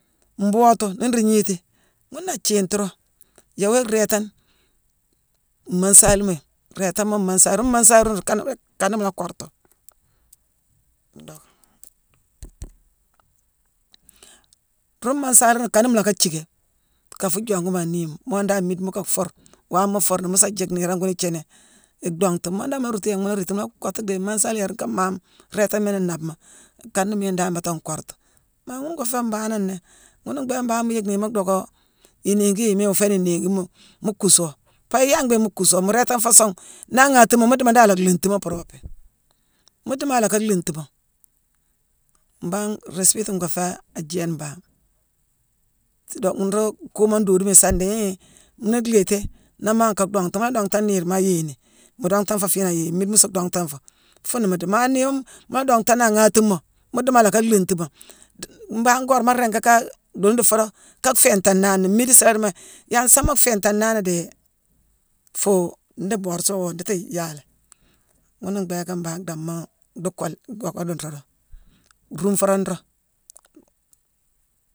Mbootu, nii nruu gniiti ghuuna athiiti roog. Yééwoyé rhéétane mmansalima rééta moo mansalima. Ruune mmansali ruune kaala-kanna mu la kortu ruune mmansali ruune kanna mu lacka thiické ka fuu jongu maa nniima. Moon dan mmiide mu ka fuur, waama mu fuur ni, mu sa jiick nirama gunii ithiini, idongtu. Moon dan ma la ruuntu yanghma mu la réétini. Mu la kottu dhii mmansali yéér nka mmaame réétami ni nnaabema, kana miine dan baata nkortu. Maa ghune ngoo féé mbanane nnéé. Ghuuna mbhééké mbangh mu yick ni mu docka inéégi yééma iwoo fééni inéégi mu-mu kuusoo. Pabia yaala mbhiiké mu kuusu, mu réétangh foo songh, naa aghaatimo, mu diimoo ndiimo ndiiti ala lhiintimo puropi. Mu diimo ala ka lhiintimo. Mbangh rispitu ngoo féé a jééne mbangh. Fii-dock-nruu kuumune dooduma isa ndii hii hii nuu lhiiti naa maaghé ka dhongtu. Mu la dongtane niirma, a yééyeni, mu dongtan foo fiinangh ayééye, mmiide mu suu dongtan foo, fuuna mu. Maa niirma mu la dongtane a ghantimoo, mu diimo ala ka lhiintimo. Dii-mbangh goré ma ringi ka duunu dii foodo ka finghtaanani. Mmiide isaala dhiimo yaa nsaama finghtaanani dii fuu ndii boorsi woo ndiiti yaa léé. Ghuuna mbhééké mbangh dhamma dhii kooléyé-dhocka dii nroodo, ruunfaraa roog.